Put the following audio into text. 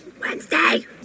Wednesday